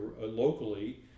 locally